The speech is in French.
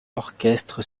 orchestre